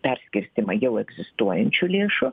perskirstymą jau egzistuojančių lėšų